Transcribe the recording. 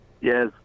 yes